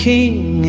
King